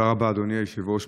תודה רבה, אדוני היושב-ראש.